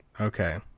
Okay